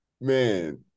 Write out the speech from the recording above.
man